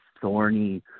thorny